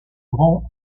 grand